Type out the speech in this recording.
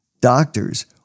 doctors